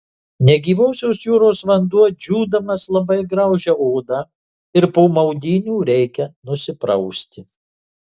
negyvosios jūros vanduo džiūdamas labai graužia odą ir po maudynių reikia nusiprausti